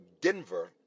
Denver